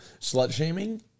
Slut-shaming